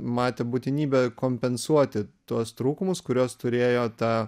matė būtinybę kompensuoti tuos trūkumus kuriuos turėjo ta